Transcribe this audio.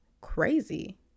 crazy